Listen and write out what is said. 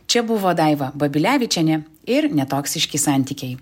čia buvo daiva babilevičienė ir netoksiški santykiai